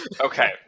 okay